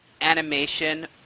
animation